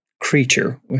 creature